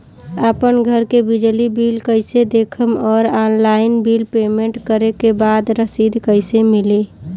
आपन घर के बिजली बिल कईसे देखम् और ऑनलाइन बिल पेमेंट करे के बाद रसीद कईसे मिली?